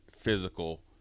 physical